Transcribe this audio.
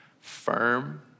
firm